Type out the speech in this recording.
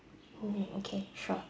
oh okay sure